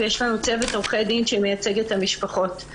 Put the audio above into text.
יש לנו צוות עורכי דין שמייצג את המשפחות.